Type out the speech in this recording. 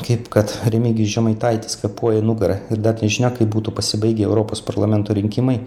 kaip kad remigijus žemaitaitis kvėpuoja į nugarą ir dar nežinia kaip būtų pasibaigę europos parlamento rinkimai